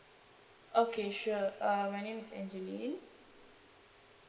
okay sure uh my name is A N G E L I N E